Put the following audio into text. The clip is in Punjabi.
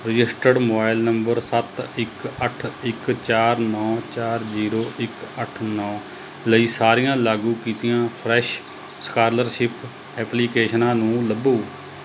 ਰਜਿਸਟਰਡ ਮੋਬਾਈਲ ਨੰਬਰ ਸੱਤ ਇੱਕ ਅੱਠ ਇੱਕ ਚਾਰ ਨੌ ਚਾਰ ਜੀਰੋ ਇੱਕ ਅੱਠ ਨੌ ਲਈ ਸਾਰੀਆਂ ਲਾਗੂ ਕੀਤੀਆਂ ਫਰੈਸ਼ ਸਕਾਲਰਸ਼ਿਪ ਐਪਲੀਕੇਸ਼ਨਾਂ ਨੂੰ ਲੱਭੋ